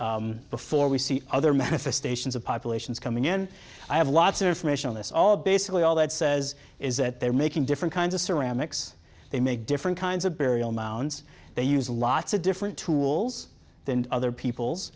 woodland before we see other manifestations of populations coming in i have lots of information on this all basically all that says is that they're making different kinds of ceramics they make different kinds of burial mounds they use lots of different tools than other people